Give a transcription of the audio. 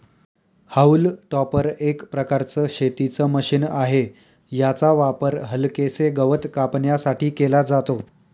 haulm topper एक प्रकारचं शेतीच मशीन आहे, याचा वापर हलकेसे गवत कापण्यासाठी केला जातो